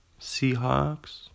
Seahawks